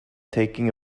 taking